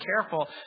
careful